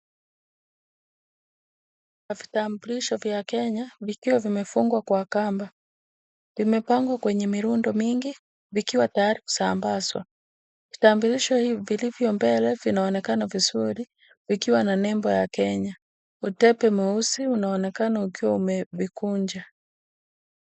Vitambulisho vya Kenya vikiwa vimefungwa kwa kamba. Vimepangwa kwenye mirundo mingi vikiwa tayari kusambazwa. Vitambulisho vilivyo mbele vinaonekana vizuri vikiwa na nembo ya Kenya. Utepe mweusi unaonekana ukiwa umevikunja.